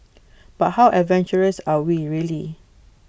but how adventurous are we really